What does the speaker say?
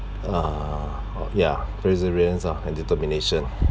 uh oh ya perseverance lah and determination